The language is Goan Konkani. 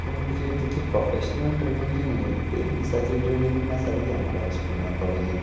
पूण तशी तितली प्रोफेशनल ट्रेनींग अशी न्हू एक दिसाची ट्रेनींग बीन आसताली ती आमकां स्कुला कॉलेजीन